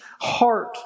heart